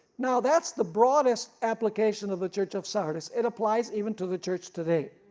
now that's the broadest application of the church of sardis it applies even to the church today,